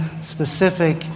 specific